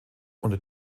unter